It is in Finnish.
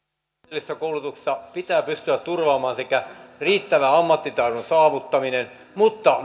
ammatillisessa koulutuksessa pitää pystyä turvaamaan riittävän ammattitaidon saavuttaminen mutta